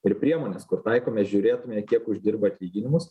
ir priemones kur taikome žiūrėtume kiek uždirba atlyginimus